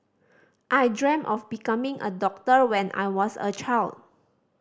I dream of becoming a doctor when I was a child